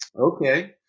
okay